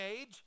age